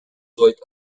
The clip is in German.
volt